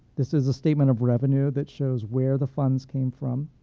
this is a statement of revenue that shows where the funds came from.